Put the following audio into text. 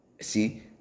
See